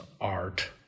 art